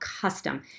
custom